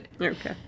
Okay